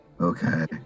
Okay